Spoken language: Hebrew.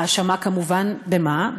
האשמה, כמובן במה?